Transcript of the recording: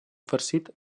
farcit